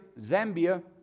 Zambia